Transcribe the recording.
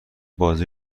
بازی